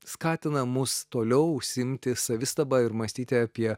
skatina mus toliau užsiimti savistaba ir mąstyti apie